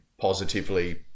positively